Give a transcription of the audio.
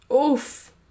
Oof